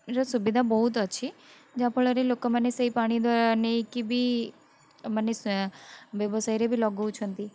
ର ସୁବିଧା ବହୁତ ଅଛି ଯାହାଫଳରେ ଲୋକମାନେ ସେଇ ପାଣି ନେଇକି ବି ମାନେ ବ୍ୟବସାୟରେ ବି ଲଗାଉଛନ୍ତି